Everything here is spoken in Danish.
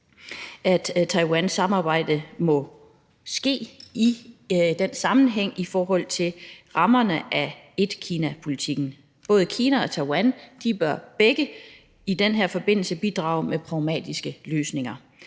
at Taiwans samarbejde må ske i den sammenhæng, altså i forhold til rammerne for etkinapolitikken. Både Kina og Taiwan bør begge i den her forbindelse bidrage med pragmatiske løsninger.